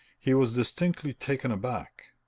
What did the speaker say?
he was distinctly taken aback.